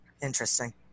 Interesting